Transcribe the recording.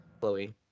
Chloe